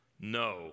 No